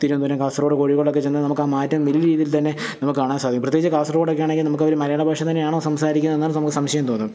തിവന്തപുരം കാസർകോട് കോഴിക്കോടൊക്കെ ചെന്ന് നമുക്ക് ആ മാറ്റം വലിയ രീതിയിൽ തന്നെ നമുക്ക് കാണാൻ സാധിക്കും പ്രത്യേകിച്ച് കാസർക്കോട് ഒക്കെയാണെങ്കിൽ മലയാള ഭാഷ തന്നെയാണോ സംസാരിക്കുന്നത് എന്നു വരെ നമുക്ക് സംശയം തോന്നും